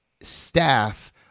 staff